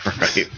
right